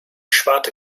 schwarte